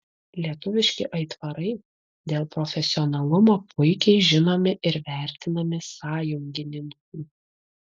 lietuviški aitvarai dėl profesionalumo puikiai žinomi ir vertinami sąjungininkų